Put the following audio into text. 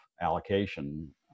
allocation